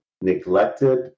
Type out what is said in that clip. neglected